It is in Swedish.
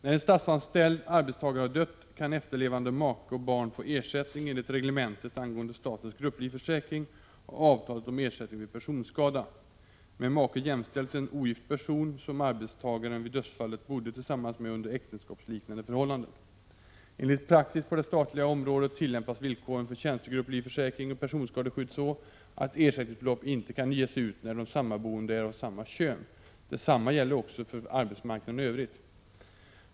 När en statsanställd arbetstagare har dött, kan efterlevande make och barn få ersättning enligt reglementet angående statens grupplivförsäkring och avtalet om ersättning vid personskada. Med make jämställs en ogift person som arbetstagaren vid dödsfallet bodde tillsammans med under äktenskapsliknande förhållanden. Enligt praxis på det statliga området tillämpas villkoren för tjänstegrupplivförsäkring och personskadeersättning så, att ersättningsbelopp inte kan ges ut, när de sammanboende är av samma kön. Detsamma gäller också för arbetsmarknaden i övrigt.